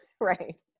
Right